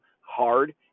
hard